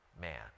man